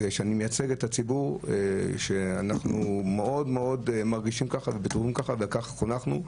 שאני מייצג את הציבור שאנחנו מאוד מרגישים כך וכך חונכנו,